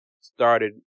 started